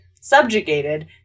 subjugated